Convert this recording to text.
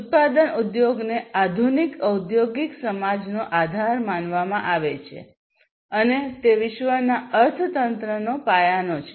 ઉત્પાદન ઉદ્યોગને આધુનિક ઔદ્યોગિક સમાજનો આધાર માનવામાં આવે છે અને તે વિશ્વના અર્થતંત્રનો પાયાનો છે